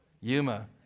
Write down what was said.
Yuma